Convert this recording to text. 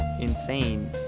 insane